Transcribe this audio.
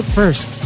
first